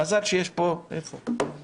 מזל שיש פה יצא.